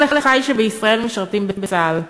כל אחי שבישראל משרתים בצה"ל.